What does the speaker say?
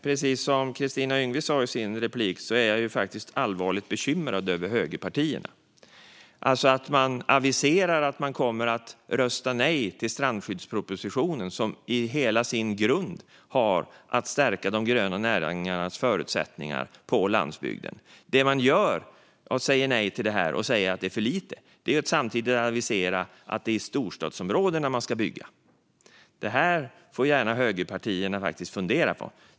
Precis som Kristina Yngwe sa i sin replik är jag faktiskt allvarligt bekymrad över högerpartierna. Man aviserar att man kommer att rösta nej till strandskyddspropositionen, som i hela sin grund har att stärka de gröna näringarnas förutsättningar på landsbygden. När man säger nej till detta och säger att det är för lite aviserar man samtidigt att det är i storstadsområdena det ska byggas. Detta får högerpartierna gärna fundera på.